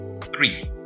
three